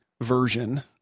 version